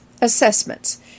Assessments